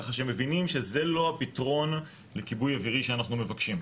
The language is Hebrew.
ככה שמבינים שזה לא הפתרון לכיבוי אווירי שאנחנו מבקשים.